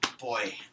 boy